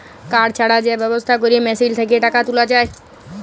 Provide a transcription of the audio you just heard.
card ছাড়া যে ব্যবস্থা ক্যরে মেশিল থ্যাকে টাকা তুলা যায়